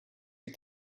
you